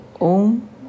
om